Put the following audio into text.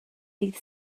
dydd